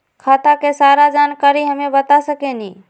खाता के सारा जानकारी हमे बता सकेनी?